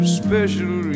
special